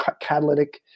catalytic